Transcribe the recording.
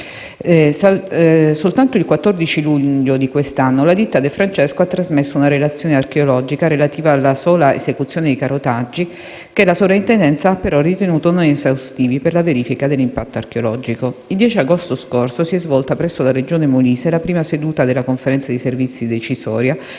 Soltanto il 14 luglio di quest'anno, la ditta De Francesco ha trasmesso una relazione archeologica relativa alla sola esecuzione di carotaggi, che la Soprintendenza ha però ritenuto non esaustivi per la verifica dell'impatto archeologico. Il 10 agosto scorso si è svolta presso la Regione Molise la prima seduta della conferenza di servizi decisoria,